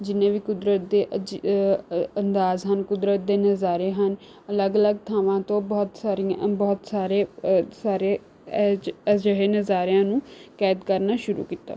ਜਿੰਨੇ ਵੀ ਕੁਦਰਤ ਦੇ ਅਜ ਅੰਦਾਜ਼ ਹਨ ਕੁਦਰਤ ਦੇ ਨਜ਼ਾਰੇ ਹਨ ਅਲੱਗ ਅਲੱਗ ਥਾਵਾਂ ਤੋਂ ਬਹੁਤ ਸਾਰੀਆਂ ਬਹੁਤ ਸਾਰੇ ਸਾਰੇ ਅਜਿਹੇ ਨਜ਼ਾਰਿਆਂ ਨੂੰ ਕੈਦ ਕਰਨਾ ਸ਼ੁਰੂ ਕੀਤਾ